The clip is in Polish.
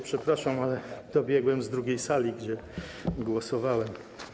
Przepraszam, ale dobiegłem z drugiej sali, gdzie głosowałem.